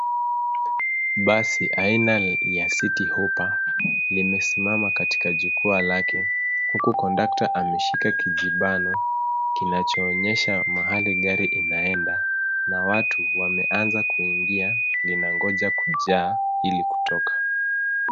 Basi aina ya Citti Hoppa limesimama katika jukwaa lake huku kondakta ameshika kijibano kinacho onyesha mahali gari inaenda na watu wameanza kuingia linangoja kujaa ili kutoka.